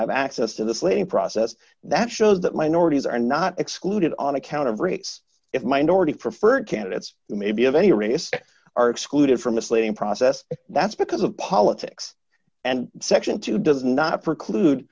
have access to the slating process that shows that minorities are not excluded on account of race if minority preferred candidates who may be of any race are excluded from misleading process that's because of politics and section two does not preclude